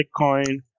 Bitcoin